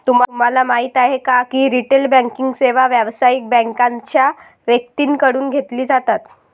तुम्हाला माहिती आहे का की रिटेल बँकिंग सेवा व्यावसायिक बँकांच्या व्यक्तींकडून घेतली जातात